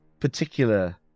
Particular